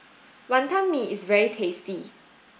Wantan Mee is very tasty